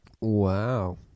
Wow